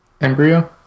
Embryo